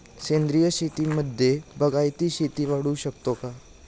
सेंद्रिय शेतीमध्ये बागायती शेती वाढवू शकतो का?